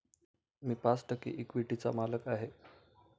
मी पाच टक्के इक्विटीचा मालक आहे